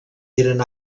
eren